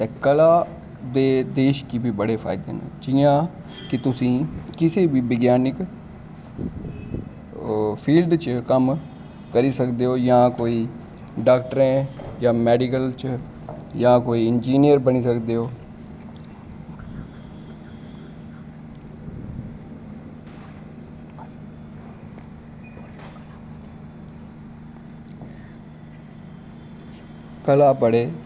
ते कला दे देश गी बी बड़े फायदे न जियां कि तुस किसे बि विज्ञानिक फिल्ड च कम्म करी सकदे ओ जां कोई डाक्टरैं जां मैडिकल च जां कोई इनजिनियर बनी सकदे ओ कला बड़े